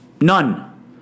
None